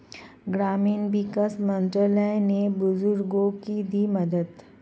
ग्रामीण विकास मंत्रालय ने बुजुर्गों को दी मदद